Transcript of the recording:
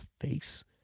face